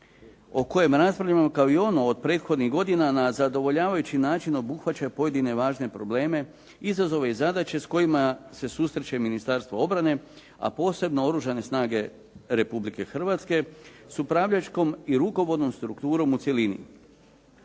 o kojem raspravljamo kao i ono od prethodnih godina na zadovoljavajući način obuhvaća pojedine važne probleme, izazove i zadaće s kojima se susreće Ministarstvo obrane, a posebno Oružane snage Republike Hrvatske sa upravljačkom i rukovodnom strukturom u cjelini.